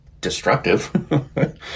destructive